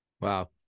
Wow